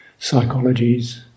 psychologies